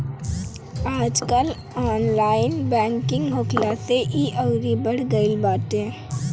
आजकल online banking होखला से इ अउरी बढ़ गईल बाटे